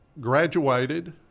graduated